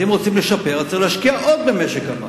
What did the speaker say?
אז אם רוצים לשפר, צריך להשקיע עוד במשק המים.